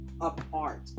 apart